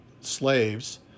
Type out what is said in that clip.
slaves